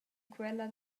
quella